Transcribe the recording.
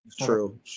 True